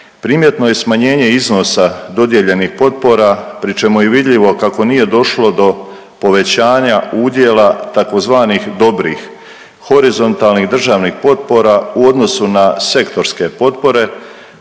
primjetno je smanjenje iznosa dodijeljenih potpora pri čemu je vidljivo kako nije došlo do povećanja udjela tzv. dobrih horizontalnih državni potpora u odnosu na sektorske potpore